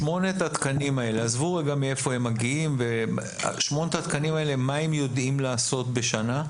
שמונת התקנים האלה עזבו מהיכן הם מגיעים מה הם יודעים לעשות בשנה?